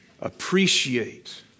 appreciate